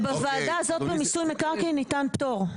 בוועדה הזאת, בתחום מיסוי מקרקעין, ניתן פטור.